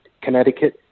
Connecticut